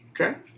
Okay